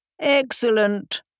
Excellent